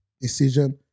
decision